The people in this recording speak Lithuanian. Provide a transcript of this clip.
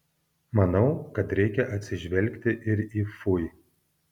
manau kad reikia atsižvelgti ir į fui